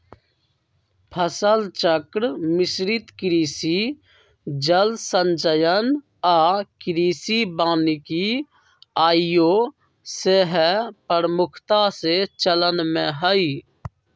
फसल चक्र, मिश्रित कृषि, जल संचयन आऽ कृषि वानिकी आइयो सेहय प्रमुखता से चलन में हइ